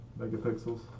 megapixels